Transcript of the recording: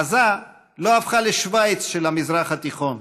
עזה לא הפכה לשווייץ של המזרח התיכון.